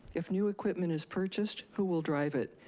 if new equipment is purchased, who will drive it?